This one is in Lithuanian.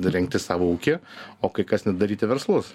rengti savo ūkį o kai kas net daryti verslus